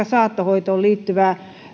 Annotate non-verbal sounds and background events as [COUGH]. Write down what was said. [UNINTELLIGIBLE] saattohoitoon liittyvää